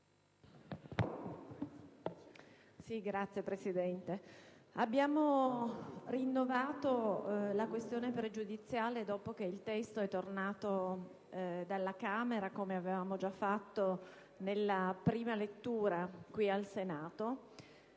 Signor Presidente, abbiamo rinnovato la questione pregiudiziale dopo che il testo è tornato dalla Camera, come avevamo già fatto nella prima lettura qui al Senato,